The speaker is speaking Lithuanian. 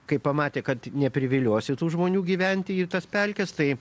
kai pamatė kad nepriviliosi tų žmonių gyventi į tas pelkes tai